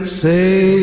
say